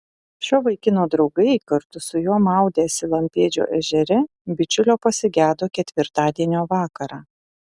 šio vaikino draugai kartu su juo maudęsi lampėdžio ežere bičiulio pasigedo ketvirtadienio vakarą